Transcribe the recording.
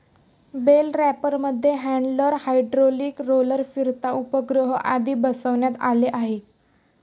bell रॅपरमध्ये handler, hydraulic roller, फिरता उपग्रह आदी बसवण्यात आले आहे